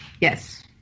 Yes